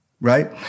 right